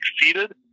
exceeded